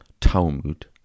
Talmud